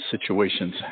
Situations